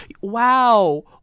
Wow